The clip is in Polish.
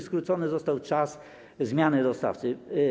Skrócony został czas zmiany dostawcy.